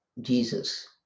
Jesus